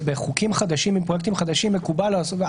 בחוקים חדשים עם פרויקטים חדשים מקובל לעשות מחקר,